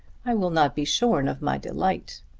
i will not be shorn of my delight.